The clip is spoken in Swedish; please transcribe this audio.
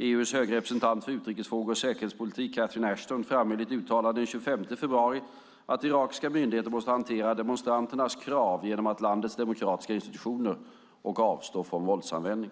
EU:s höge representant för utrikesfrågor och säkerhetspolitik Catherine Ashton framhöll i ett uttalande den 25 februari 2011 att irakiska myndigheter måste hantera demonstranternas krav genom landets demokratiska institutioner och avstå från våldsanvändning.